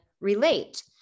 relate